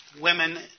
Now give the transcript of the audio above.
women